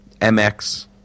MX